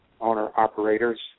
owner-operators